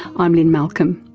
i'm lynne malcolm,